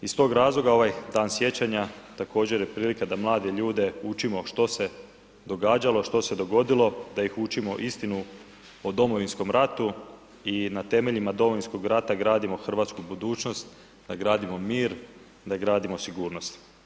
Iz tog razloga ovaj dan sjećanja također je prilika da mlade ljude učimo što se događalo, što se dogodilo, da ih učimo istinu o Domovinskom ratu i na temeljima Domovinskog rata gradimo hrvatsku budućnost, da gradimo mir, da gradimo sigurnost.